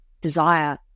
desire